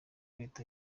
leta